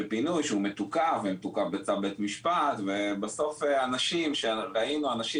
שפינוי שהוא מתוקף בצו בית משפט ובסוף אנשים שבאים לאנשים